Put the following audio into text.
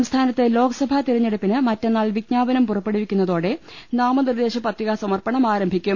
സംസ്ഥാനത്ത് ലോക്സഭാ തെരഞ്ഞെടുപ്പിന് മറ്റന്നാൾ വിജ്ഞാ പനം പുറപ്പെടുവിക്കുന്നതോടെ നാമനിർദേശ പത്രികാ സമർപ്പണം ആരംഭിക്കും